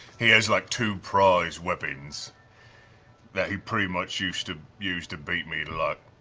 he has like two prize weapons that he pretty much used to use to beat me, like,